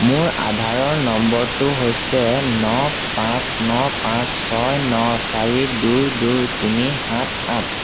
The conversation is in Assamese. মোৰ আধাৰৰ নম্বৰটো হৈছে ন পাঁচ ন পাঁচ ছয় ন চাৰি দুই দুই তিনি সাত আঠ